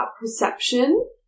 perception